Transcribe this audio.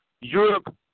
Europe